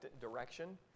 direction